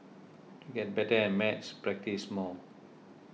to get better at maths practise more